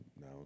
now